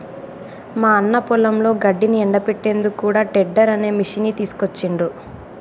మా అన్న పొలంలో గడ్డిని ఎండపెట్టేందుకు కూడా టెడ్డర్ అనే మిషిని తీసుకొచ్చిండ్రు